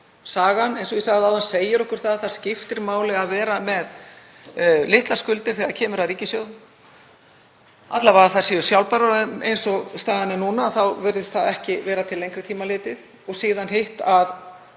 Sagan, eins og ég sagði áðan, segir okkur að það skiptir máli að vera með litlar skuldir þegar kemur að ríkissjóði, alla vega að þær séu sjálfbærar og eins og staðan er núna þá virðist það ekki vera til lengri tíma litið, og síðan hitt að